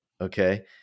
okay